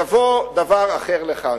יבוא דבר אחר לכאן.